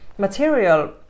material